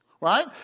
Right